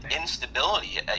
instability